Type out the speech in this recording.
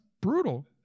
brutal